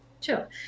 Sure